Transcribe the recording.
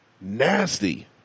Nasty